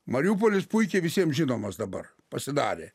mariupolis puikiai visiems žinomas dabar pasidarė